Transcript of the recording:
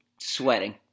sweating